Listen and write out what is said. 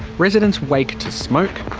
residents wake to smoke,